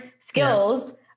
skills